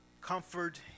comfort